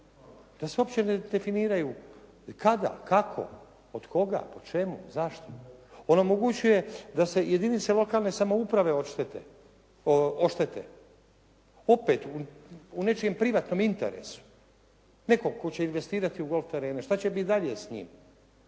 da se uopće ne definiraju kada, kako, od koga, o čemu, zašto. On omogućuje da se jedinice lokalne samouprave oštete opet u nečijem privatnom interesu, nekog tko će investirati u golf terene. Šta će biti dalje s njim,